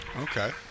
Okay